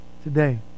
today